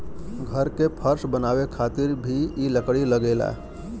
घर के फर्श बनावे खातिर भी इ लकड़ी लगेला